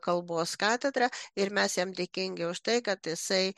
kalbos katedrą ir mes jam dėkingi už tai kad jisai